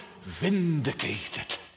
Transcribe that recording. vindicated